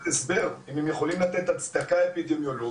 אז רק אם הם יכולים לתת הצדקה אפידמיולוגית